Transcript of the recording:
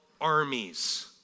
armies